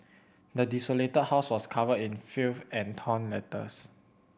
the desolated house was covered in filth and torn letters